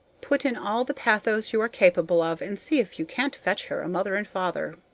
put in all the pathos you are capable of, and see if you can't fetch her a mother and father.